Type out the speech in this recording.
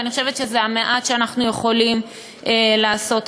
ואני חושבת שזה המעט שאנחנו יכולים לעשות עבורם.